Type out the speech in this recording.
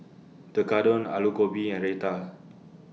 Tekkadon Alu Gobi and Raita